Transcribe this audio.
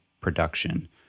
production